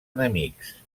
enemics